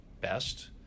best